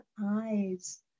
eyes